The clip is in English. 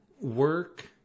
work